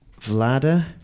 Vlada